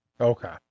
Okay